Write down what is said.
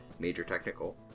majortechnical